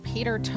Peter